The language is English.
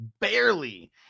Barely